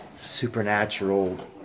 supernatural